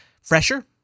fresher